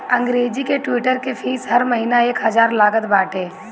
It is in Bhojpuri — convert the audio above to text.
अंग्रेजी के ट्विटर के फ़ीस हर महिना एक हजार लागत बाटे